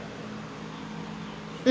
mm